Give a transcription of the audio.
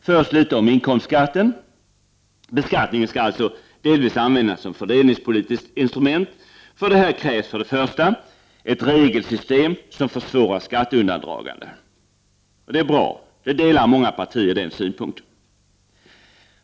Först något om inkomstskatten: Beskattningen skall alltså delvis användas som fördelningspolitiskt instrument. För detta krävs för det första ett regelsystem som försvårar skatteundandragande. Det är bra i förslaget, och många partier delar den åsikten.